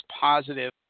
positive